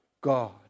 God